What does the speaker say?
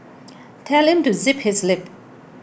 tell him to zip his lip